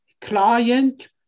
client